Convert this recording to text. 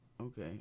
Okay